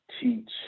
teach